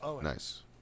nice